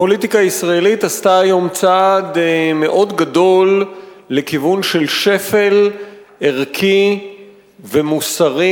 הפוליטיקה הישראלית עשתה היום צעד מאוד גדול לכיוון של שפל ערכי ומוסרי,